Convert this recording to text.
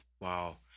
Wow